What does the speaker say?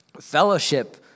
fellowship